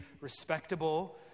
respectable